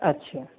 अच्छा